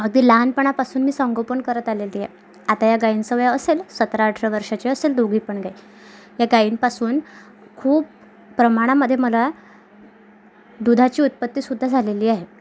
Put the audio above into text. अगदी लहानपणापासून मी संगोपन करत आलेली आहे आता या गायीचं वय असेल सतरा अठरा वर्षाच्या असेल या दोघी पण गायी या गायींपासून खूप प्रमाणामध्ये मला दुधाची उत्पत्ती सुद्धा झालेली आहे